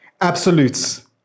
absolutes